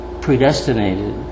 predestinated